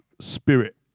spirit